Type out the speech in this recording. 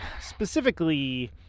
specifically